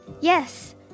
Yes